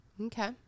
Okay